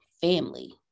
family